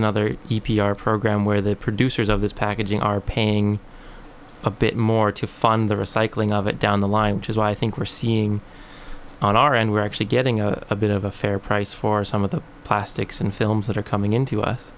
another program where the producers of this packaging are paying a bit more to fund the recycling of it down the line which is why i think we're seeing on our end we're actually getting a bit of a fair price for some of the plastics and films that are coming into us